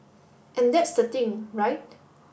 and that's the thing right